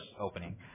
opening